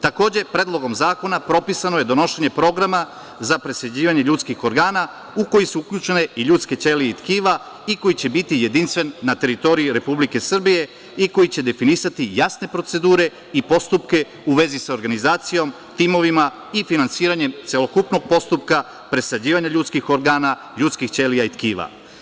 Takođe, Predlogom zakona propisano je donošenje programa za presađivanje ljudskih organa u koji su uključene i ljudske ćelije i tkiva i koji će biti jedinstven na teritoriji Republike Srbije i koji će definisati jasne procedure i postupke u vezi sa organizacijom, timovima i finansiranjem celokupnog postupka presađivanja ljudskih organa, ljudskih ćelija i tkiva.